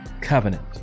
covenant